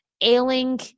ailing